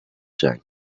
zijn